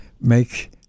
make